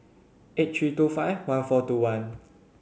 eight three two five one four two one